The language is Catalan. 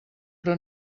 però